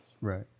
Right